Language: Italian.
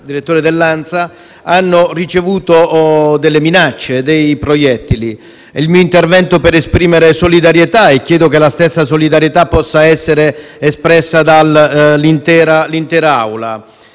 direttore dell'ANSA hanno ricevuto delle minacce, dei proiettili. Il mio intervento è per esprimere solidarietà e chiedo che solidarietà possa essere espressa anche dall'intera